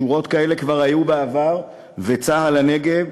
שורות כאלה כבר היו בעבר, וצה"ל לנגב,